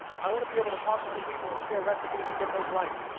i want to be able to talk to other people and share recipes and get those likes.